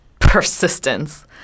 persistence